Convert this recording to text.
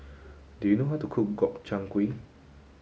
do you know how to cook Gobchang Gui